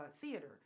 theater